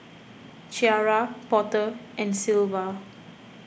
Ciarra Porter and Sylva